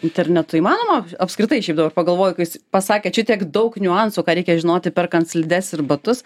internetu įmanoma apskritai šiaip dabar pagalvojau kai jūs pasakėt šitiek daug niuansų ką reikia žinoti perkant slides ir batus